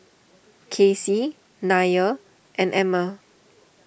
Kacy Nia and Emmer